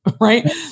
right